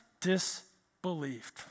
disbelieved